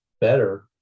better